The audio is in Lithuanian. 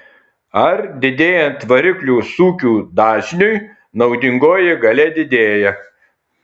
ar didėjant variklio sūkių dažniui naudingoji galia didėja